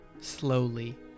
Slowly